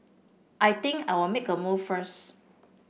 I think I'll make a move first